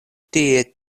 tie